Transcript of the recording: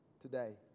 today